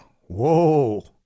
whoa